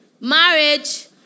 Marriage